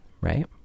right